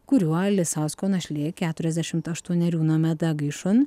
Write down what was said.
kuriuo lisausko našlė keturiasdešim aštuonerių nomeda gaišun